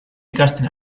ikasten